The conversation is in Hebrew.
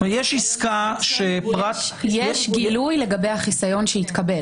יש גילוי לגבי החיסיון שהתקבל.